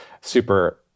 super